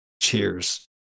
Cheers